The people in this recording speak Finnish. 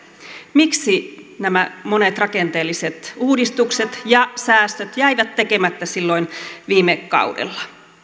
miksi nämä monet rakenteelliset uudistukset ja säästöt jäivät tekemättä silloin viime kaudella